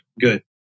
good